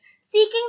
seeking